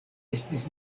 estis